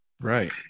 Right